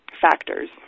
factors